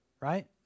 right